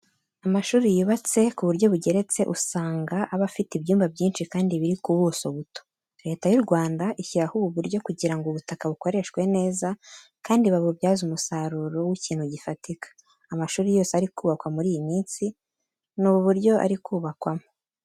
Amashuri yubatse ku buryo bugeretse, usanga aba afite ibyumba byinshi kandi biri ku buso buto. Leta y'u Rwanda ishyiraho ubu buryo kugira ngo ubutaka bukoreshwe neza kandi babubyazemo umusaruro w'ikintu gifatika. Amashuri yose ari kubakwa muri iyi minsi, ni ubu buryo ari kubakwamo.